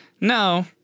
No